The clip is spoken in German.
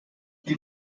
die